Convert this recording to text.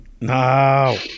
No